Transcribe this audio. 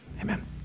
Amen